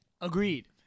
Agreed